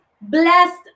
blessed